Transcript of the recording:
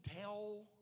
tell